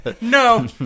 No